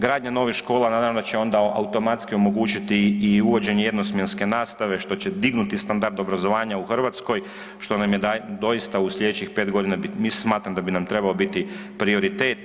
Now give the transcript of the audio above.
Gradnja novih škola naravno da će onda automatski omogućiti i uvođenje jednosmjenske nastave što će dignuti standard obrazovanja u Hrvatskoj što nam je doista u slijedećih 5 godina, mi smatramo da bi nam trebao biti prioritet.